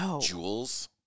jewels